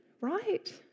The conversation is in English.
right